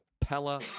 Pella